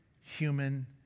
human